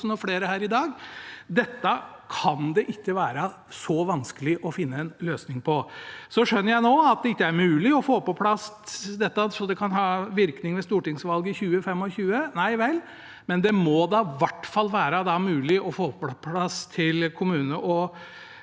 Dette kan det ikke være så vanskelig å finne en løsning på. Så skjønner jeg nå at det ikke er mulig å få dette på plass slik at det kan ha virkning ved stortingsvalget i 2025. Nei vel, men da må det i hvert fall være mulig å få det på plass til kommunestyre- og